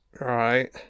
Right